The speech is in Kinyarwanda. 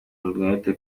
umwete